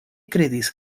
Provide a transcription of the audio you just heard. kredis